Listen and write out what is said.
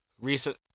Recent